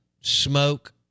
Smoke